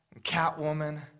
Catwoman